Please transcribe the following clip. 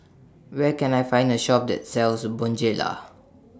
Where Can I Find A Shop that sells Bonjela